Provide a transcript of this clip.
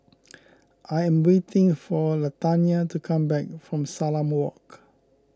I am waiting for Latanya to come back from Salam Walk